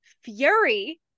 fury